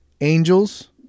angels